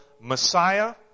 Messiah